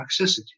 toxicity